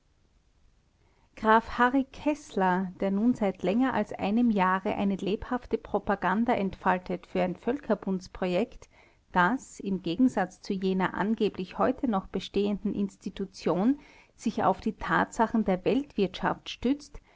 graf harry keßler der nun seit länger als einem jahre eine lebhafte propaganda entfaltet für ein völkerbundsprojekt das im gegensatz zu jener angeblich heute noch bestehenden institution sich auf die tatsachen der weltwirtschaft stützt